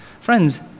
Friends